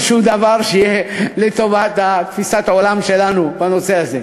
דבר שיהיה לטובת תפיסת העולם שלנו בנושא הזה.